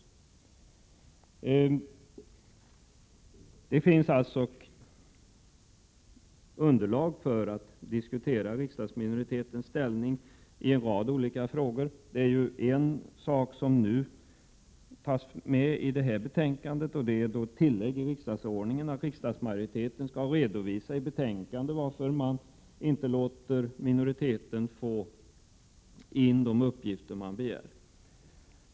Det finns alltså ett underlag för att diskutera riksdagsminoritetens ställning i en rad olika frågor. En fråga tas upp i det aktuella betänkandet: ett tillägg i riksdagsordningen om att riksdagsmajoriteten skall redovisa i betänkandet varför man inte låter minoriteten få in de uppgifter som begärs.